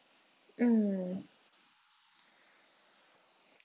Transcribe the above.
mm